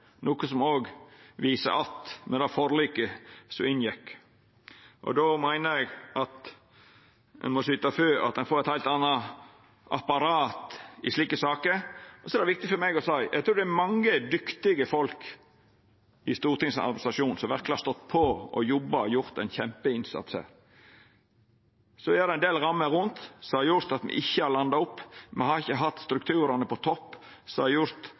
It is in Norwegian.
noko som òg er vist att med det forliket som ein inngjekk. Då meiner eg at ein må syta for at ein får eit heilt anna apparat i slike saker. Så er det viktig for meg å seia at eg trur det er mange dyktige folk i Stortingets administrasjon som verkeleg har stått på og jobba og gjort ein kjempeinnsats her. Så er det ein del rammer rundt det som har gjort at me ikkje har landa det, me har ikkje hatt strukturane